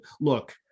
look